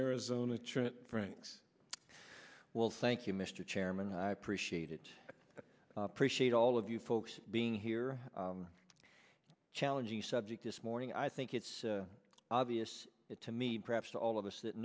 trent franks well thank you mr chairman i appreciate it appreciate all of you folks being here challenging subject this morning i think it's obvious to me perhaps to all of us that